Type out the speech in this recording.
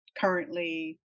currently